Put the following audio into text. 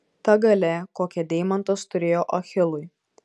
ta galia kokią deimantas turėjo achilui